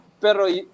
Pero